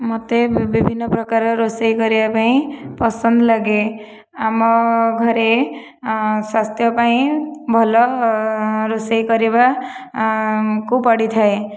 ମୋତେ ବିଭିନ୍ନ ପ୍ରକାରର ରୋଷେଇ କରିବା ପାଇଁ ପସନ୍ଦ ଲାଗେ ଆମ ଘରେ ସ୍ଵାସ୍ଥ୍ୟ ପାଇଁ ଭଲ ରୋଷେଇ କରିବାକୁ ପଡ଼ିଥାଏ